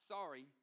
Sorry